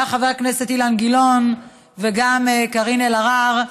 גם חבר הכנסת אילן גילאון וגם קארין אלהרר,